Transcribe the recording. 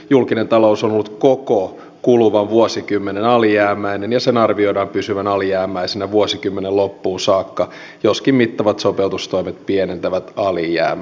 julkinen talous on ollut koko kuluvan vuosikymmenen alijäämäinen ja sen arvioidaan pysyvän alijäämäisenä vuosikymmenen loppuun saakka joskin mittavat sopeutustoimet pienentävät alijäämää